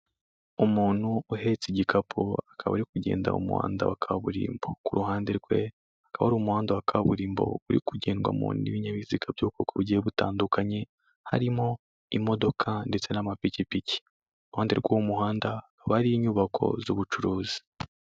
Umuntu uhetse igikapu akaba ari kugenda mu muhanda wa kaburimbo, ku ruhande rwe hakaba hari umuhanda wa kaburimbo uri kugendwamo n'ibinyabiziga by'ubwoko bugiye butandukanye harimo imodoka ndetse n'amapikipiki, iruhande rw'umuhanda hakaba hari inyubako z'ubucuruzi.